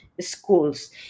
schools